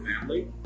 family